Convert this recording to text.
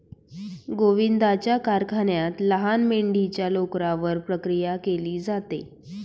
गोविंदाच्या कारखान्यात लहान मेंढीच्या लोकरावर प्रक्रिया केली जाते